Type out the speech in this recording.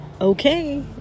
Okay